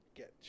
get